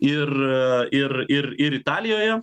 ir ir ir ir italijoje